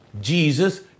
Jesus